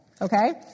okay